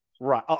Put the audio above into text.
Right